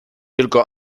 tylko